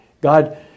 God